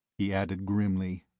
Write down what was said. he added grimly.